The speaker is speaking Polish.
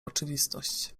oczywistość